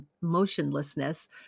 motionlessness